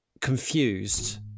confused